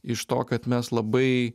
iš to kad mes labai